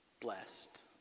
blessed